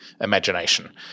imagination